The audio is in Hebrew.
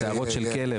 שערות של כלב,